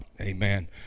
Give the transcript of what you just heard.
Amen